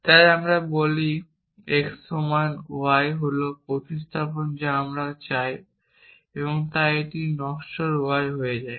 তাই আমরা বলি x সমান y হল প্রতিস্থাপন যা আপনি চান তাই এটি নশ্বর y হয়ে যায়